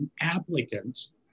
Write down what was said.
applicants